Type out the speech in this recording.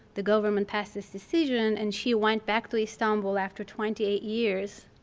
the government passed this decision and she went back to istanbul after twenty eight years